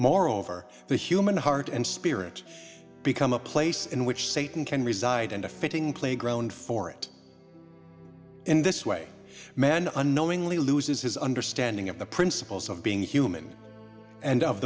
moreover the human heart and spirit become a place in which satan can reside and a fitting playground for it in this way man unknowingly loses his understanding of the principles of being human and of